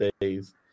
days